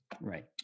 Right